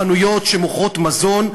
חנויות שמוכרות מזון,